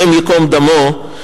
השם ייקום דמו,